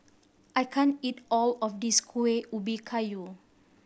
I can't eat all of this Kuih Ubi Kayu